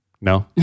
no